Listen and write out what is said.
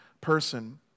person